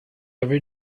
every